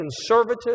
conservative